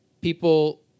people